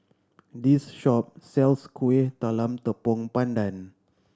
this shop sells Kuih Talam Tepong Pandan